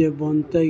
जे बनतै